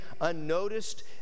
unnoticed